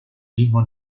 mismo